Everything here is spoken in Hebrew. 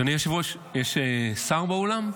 אדוני היושב-ראש, יש שר באולם?